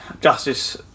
Justice